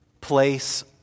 place